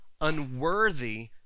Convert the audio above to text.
unworthy